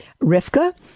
Rivka